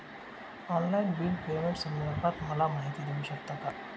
Online bill पेमेंटसंदर्भात मला माहिती देऊ शकतात का?